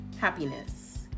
happiness